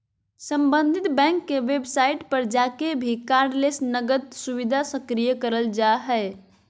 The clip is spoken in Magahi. सम्बंधित बैंक के वेबसाइट पर जाके भी कार्डलेस नकद सुविधा सक्रिय करल जा हय